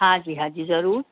हा जी हा जी ज़रूरु